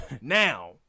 now